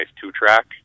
two-track